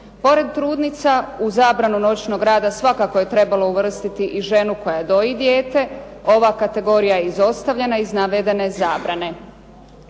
Pored trudnica u zabranu noćnog rada svakako je trebalo uvrstiti i ženu koja doji dijete. Ova kategorija je izostavljena iz navedene zabrane.